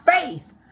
faith